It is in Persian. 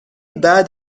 بعد